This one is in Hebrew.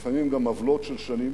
לפעמים גם עוולות של שנים,